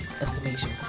estimation